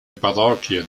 parrocchie